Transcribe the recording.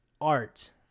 art